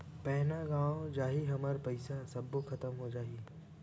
Pan गंवा जाही हमर पईसा सबो खतम हो जाही?